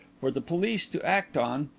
for the police to act on,